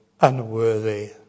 unworthy